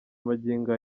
magingo